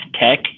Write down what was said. tech